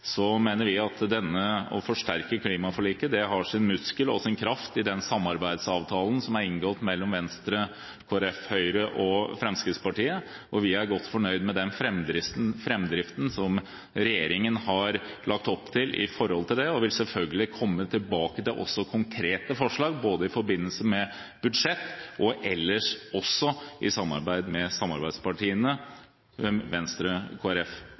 mener vi at det å forsterke klimaforliket har sin muskel og sin kraft i den samarbeidsavtalen som er inngått mellom Venstre, Kristelig Folkeparti, Høyre og Fremskrittspartiet. Vi er godt fornøyd med den framdriften som regjeringen har lagt opp til når det gjelder dette og vil selvfølgelig komme tilbake til konkrete forslag i forbindelse med budsjett og også ellers i samarbeid med samarbeidspartiene Venstre,